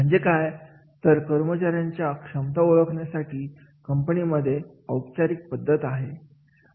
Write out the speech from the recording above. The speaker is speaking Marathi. म्हणजे काय तर कर्मचाऱ्यांच्या क्षमता ओळखण्यासाठी कंपनीमध्ये औपचारिक पद्धत आहे